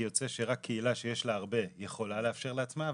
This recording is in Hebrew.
כי יוצא שרק קהילה שיש לה הרבה יכולה לאפשר לעצמה.